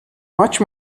much